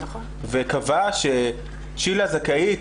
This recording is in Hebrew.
וקבע שצ'ילה זכאית